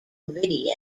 video